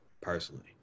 personally